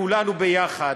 כולנו יחד,